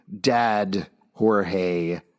dad-Jorge